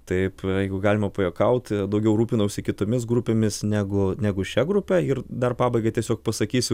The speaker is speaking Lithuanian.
taip jeigu galima pajuokauti daugiau rūpinausi kitomis grupėmis negu negu šia grupe ir dar pabaigai tiesiog pasakysiu